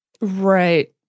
Right